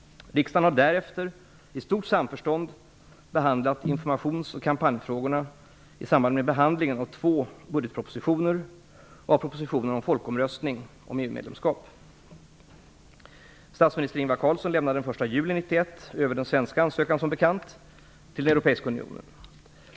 Riksdagen har därefter i stort samförstånd behandlat informations och kampanjfrågorna i samband med behandlingen av två budgetpropositioner och av propositionen om folkomröstning om EU-medlemskap. Statsminister Ingvar Carlsson lämnade som bekant den 1 juli 1991 över den svenska ansökan om medlemskap i Europeiska unionen.